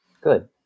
Good